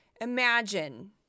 imagine